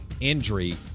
injury